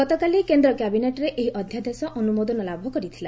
ଗତକାଲି କେନ୍ଦ୍ର କ୍ୟାବିନେଟ୍ରେ ଏହି ଅଧ୍ୟାଦେଶ ଅନୁମୋଦନ ଲାଭ କରିଥିଲା